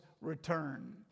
return